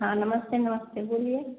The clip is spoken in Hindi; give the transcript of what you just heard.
हाँ नमस्ते नमस्ते बोलिए